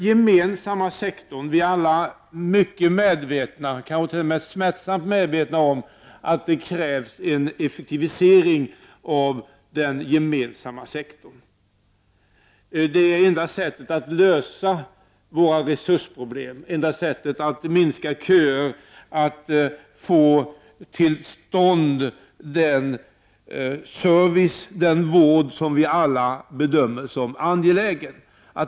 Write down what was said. Vi är alla smärtsamt medvetna om att det krävs en effektivisering av den gemensamma sektorn. Det är enda sättet att lösa våra resursproblem, minska köer och få till stånd den service och den vård som vi alla bedömer som angelägna.